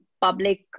public